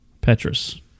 Petrus